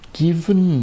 given